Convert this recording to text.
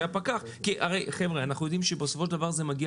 כי הרי אנחנו יודעים שבסופו של דבר זה מגיע